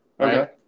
Okay